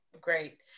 great